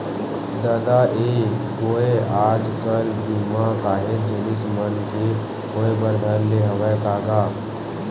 ददा ऐ गोय आज कल बीमा काहेच जिनिस मन के होय बर धर ले हवय का गा?